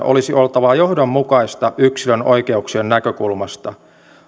olisi oltava johdonmukaista yksilön oikeuksien näkökulmasta